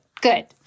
Good